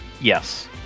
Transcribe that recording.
Yes